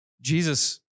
Jesus